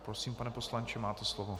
Prosím, pane poslanče, máte slovo.